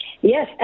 Yes